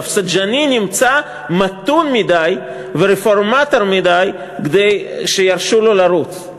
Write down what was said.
רפסנג'אני נמצא מתון מדי ורפורמטור מדי כדי שירשו לו לרוץ.